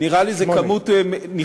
נראה לי שזו כמות נכבדה.